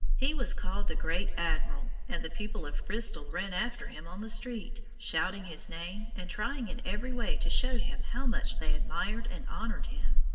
he was called the great admiral, and the people of bristol ran after him on the street, shouting his name and trying in every way to show him how much they admired and honored him.